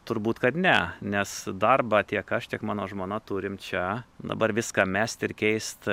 turbūt kad ne nes darbą tiek aš tiek mano žmona turim čia dabar viską mest ir keist